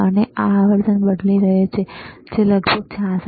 અને તે આવર્તન બદલી રહ્યો છે જે લગભગ 66